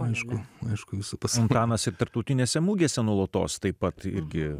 aišku aišku jūsų pastangos mes ir tarptautinėse mugėse nuolatos pati irgi